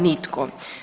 Nitko.